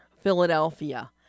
Philadelphia